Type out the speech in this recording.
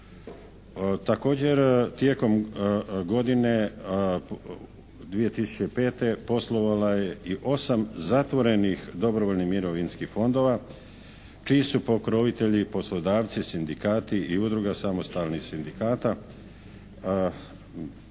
Također tijekom godine 2005. poslovalo je i osam zatvorenih dobrovoljnih mirovinskih fondova čiji su pokrovitelji poslodavci, sindikati i udruga samostalnih sindikata.